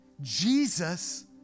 Jesus